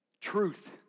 Truth